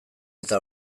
eta